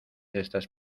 estas